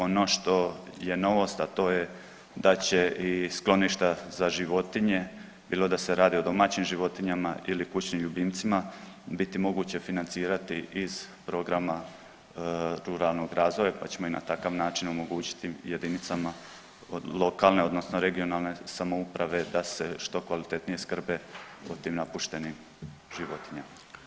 Ono što je novost, a to je da će i skloništa za životinje bilo da se radi o domaćim životinjama ili kućnim ljubimcima biti moguće financirati iz programa ruralnog razvoja, pa ćemo i na takav način omogućiti jedinicama lokalne, odnosno regionalne samouprave da se što kvalitetnije skrbe o tim napuštenim životinjama.